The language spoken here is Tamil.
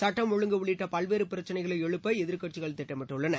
சட்டம் ஒழுங்கு உள்ளிட்ட பல்வேறு பிரச்சினைகளை எழுப்ப எதிர்க்கட்சிகள் திட்டமிட்டுள்ளன